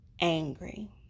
angry